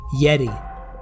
Yeti